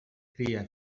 cria